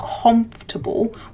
comfortable